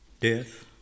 death